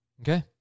Okay